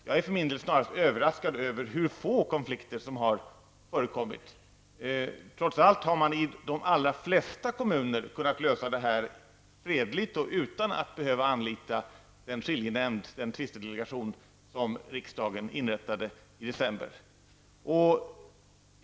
Jag är för min del snarast överraskad över hur få konflikter som har förekommit. I de allra flesta kommuner har man trots allt kunnat lösa detta fredligt och utan att behöva anlita den skiljenämnd, den tvistedelegation, som riksdagen inrättade i december.